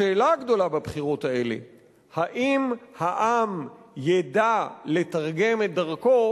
השאלה הגדולה בבחירות האלה היא אם העם ידע לתרגם את דרכו